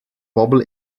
bobl